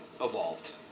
evolved